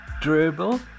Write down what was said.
Dribble